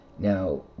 Now